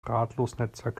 drahtlosnetzwerk